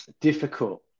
difficult